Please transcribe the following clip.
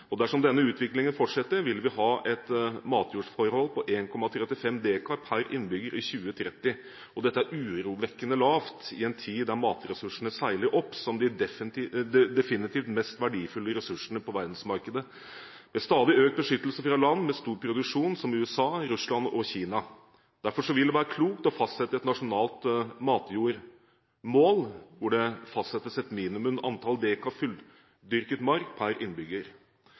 2012. Dersom denne utviklingen fortsetter, vil vi ha et matjordsforhold på 1,35 dekar per innbygger i 2030. Dette er urovekkende lavt i en tid da matressursene seiler opp som de definitivt mest verdifulle ressursene på verdensmarkedet. Det er stadig økt beskyttelse fra land med stor produksjon, som USA, Russland og Kina. Derfor vil det være klokt å fastsette et nasjonalt matjordmål, hvor det fastsettes et minimum antall dekar fulldyrket mark per innbygger.